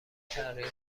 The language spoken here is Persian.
تغییر